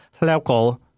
local